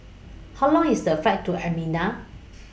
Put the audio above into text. How Long IS The Flight to Armenia